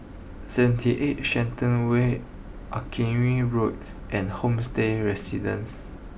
seventy eight Shenton way Road and Homestay Residences